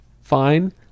fine